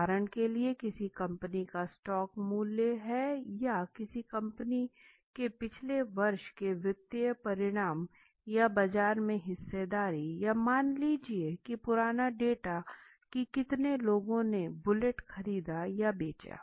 उदाहरण के लिए किसी कंपनी का स्टॉक मूल्य है या किसी कंपनी के पिछले वर्ष के वित्तीय परिणाम या बाजार में हिस्सेदारी या मान लीजिए कि पुराना डेटा की कितने लोगों ने बुलेट खरीदा या बेचा